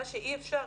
ומה שאי אפשר,